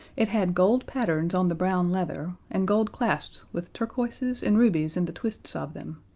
it had gold patterns on the brown leather, and gold clasps with turquoises and rubies in the twists of them,